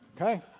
Okay